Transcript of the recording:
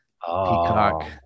Peacock